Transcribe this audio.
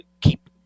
keep